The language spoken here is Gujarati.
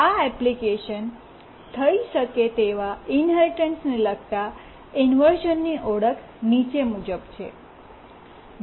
આ એપ્લિકેશનમાં થઇ શકે તેવા ઇન્હેરિટન્સને લગતા ઇન્વર્શ઼નની ઓળખ નીચે મુજબ છે